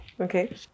Okay